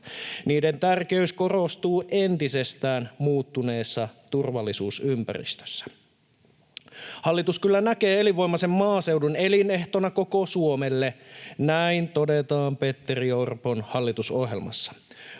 Niiden tärkeys korostuu entisestään muuttuneessa turvallisuusympäristössä. Hallitus kyllä näkee elinvoimaisen maaseudun elinehtona koko Suomelle, näin todetaan Petteri Orpon hallitusohjelmassa.